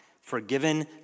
forgiven